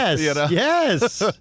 Yes